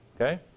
okay